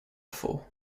for